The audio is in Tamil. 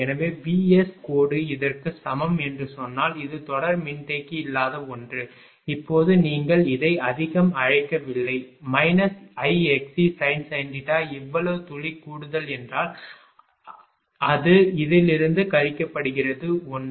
எனவே VS கோடு இதற்குச் சமம் என்று சொன்னால் இது தொடர் மின்தேக்கி இல்லாத ஒன்று இப்போது நீங்கள் இதை அதிகம் அழைக்கவில்லை Ixcsin இவ்வளவு துளி கூடுதல் என்றால் அது இதிலிருந்து கழிக்கப்படுகிறது 1